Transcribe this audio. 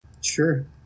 Sure